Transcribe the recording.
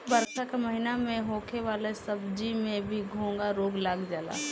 बरखा के महिना में होखे वाला सब्जी में भी घोघा रोग लाग जाला